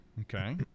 Okay